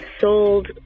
sold